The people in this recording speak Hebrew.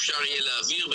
אפשר יהיה להעביר,